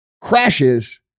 crashes